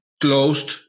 Closed